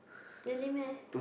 really meh